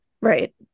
right